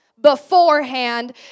beforehand